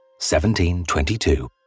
1722